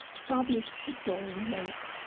fabius pictor relates,